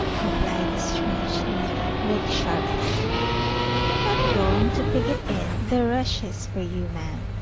replied the strange lady, with sharpness i'm not going to pig it in the rushes, for you, ma'am!